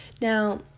Now